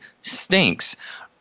stinks